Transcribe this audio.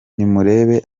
nimurebe